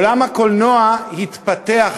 עולם הקולנוע התפתח במשהו.